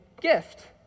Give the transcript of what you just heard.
gift